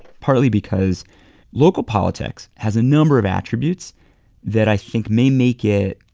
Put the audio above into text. partly because local politics has a number of attributes that i think may make it,